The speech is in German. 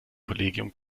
kollegium